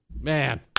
man